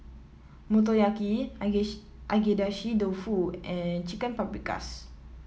Motoyaki Agedashi Dofu and Chicken Paprikas